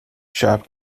shop